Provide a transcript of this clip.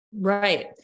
Right